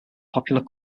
popular